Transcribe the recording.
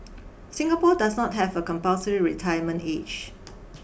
Singapore does not have a compulsory retirement age